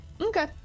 Okay